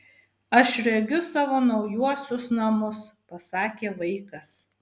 aš regiu savo naujuosius namus pasakė vaikas